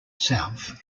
south